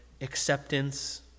acceptance